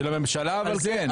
של הממשלה, כן.